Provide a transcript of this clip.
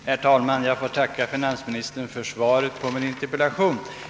Herr talman! Jag tackar finansministern för svaret på min interpellation.